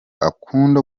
akunda